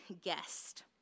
guest